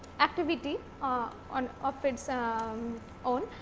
activity ah on of its um own.